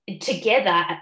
together